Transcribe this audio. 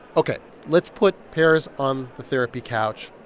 ok. let's put pears on the therapy couch.